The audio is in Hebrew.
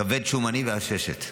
כבד שומני ועששת.